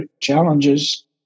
challenges